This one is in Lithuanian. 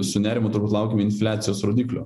su nerimu laukiam infliacijos rodiklio